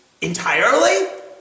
entirely